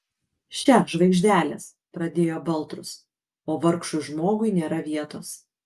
še žvaigždelės pradėjo baltrus o vargšui žmogui nėra vietos